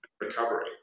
recovery